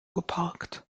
geparkt